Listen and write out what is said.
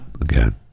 again